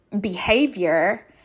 behavior